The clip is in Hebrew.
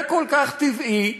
זה כל כך טבעי,